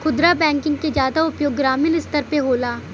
खुदरा बैंकिंग के जादा उपयोग ग्रामीन स्तर पे होला